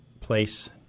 Place